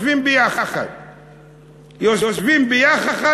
יושבים ביחד.